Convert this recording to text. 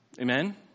Amen